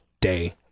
day